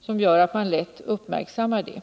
som gör att man lätt uppmärksammar det.